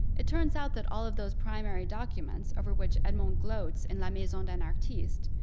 it turns out that all of those primary documents over which edmond gloats in la maison d'un artiste,